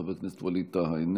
חבר הכנסת ווליד טאהא,